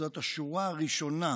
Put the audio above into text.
זאת השורה הראשונה.